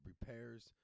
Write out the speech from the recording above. repairs